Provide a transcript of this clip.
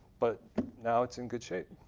but now, it's in good shape.